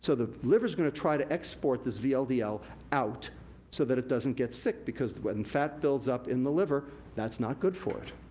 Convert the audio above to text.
so the liver's gonna try to export this vldl out so that it doesn't get sick, because when fat builds up in the liver, that's not good for it.